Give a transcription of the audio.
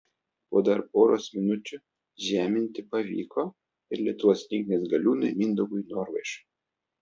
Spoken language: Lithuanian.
po dar poros minučių žeminti pavyko ir lietuvos rinktinės galiūnui mindaugui norvaišui